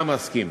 גם מסכים.